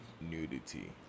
nudity